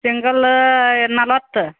ಸಿಂಗಲ್ಲಾ ನಲ್ವತ್ತು